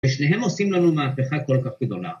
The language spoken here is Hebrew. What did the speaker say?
ושניהם עושים לנו מהפכה כל כך גדולה